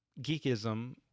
geekism